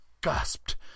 gasped